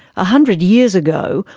a hundred years ago,